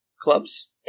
clubs